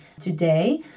today